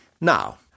Now—